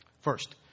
First